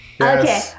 Okay